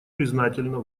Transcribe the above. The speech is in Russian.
признательна